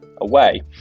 away